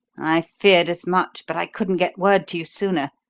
i feared as much but i couldn't get word to you sooner.